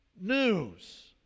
news